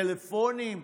טלפונים,